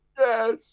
Yes